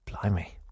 blimey